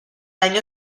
año